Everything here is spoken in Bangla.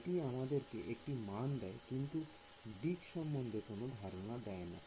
এটি আমাদেরকে একটি মান দেয় কিন্তু দিক সম্বন্ধে কোন ধারণা দেয় না